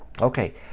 Okay